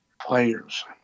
players